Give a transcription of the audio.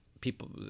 people